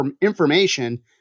information